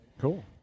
Cool